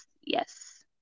yes